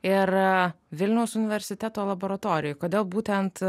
ir vilniaus universiteto laboratorijoj kodėl būtent